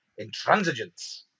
intransigence